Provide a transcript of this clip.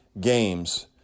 games